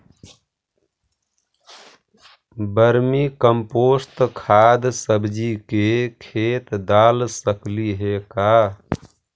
Vermi compost खाद सब्जी के खेत दाल सकली हे का?